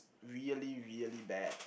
really really bad